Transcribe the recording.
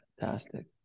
Fantastic